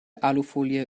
alufolie